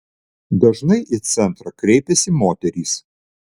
dažnai į centrą kreipiasi moterys